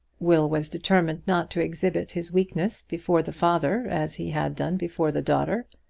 will was determined not to exhibit his weakness before the father as he had done before the daughter.